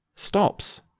stops